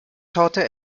torte